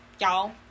Y'all